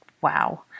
Wow